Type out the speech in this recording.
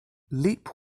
leap